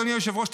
אדוני היושב-ראש,